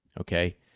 Okay